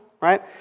right